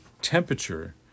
temperature